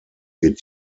wird